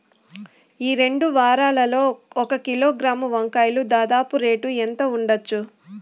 ఈ రెండు వారాల్లో ఒక కిలోగ్రాము వంకాయలు దాదాపు రేటు ఎంత ఉండచ్చు?